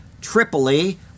Tripoli